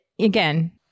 again